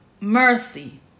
mercy